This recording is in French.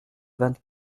vingt